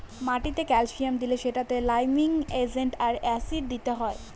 মাটিতে ক্যালসিয়াম দিলে সেটাতে লাইমিং এজেন্ট আর অ্যাসিড দিতে হয়